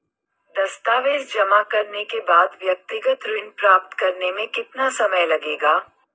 दस्तावेज़ जमा करने के बाद व्यक्तिगत ऋण प्राप्त करने में कितना समय लगेगा?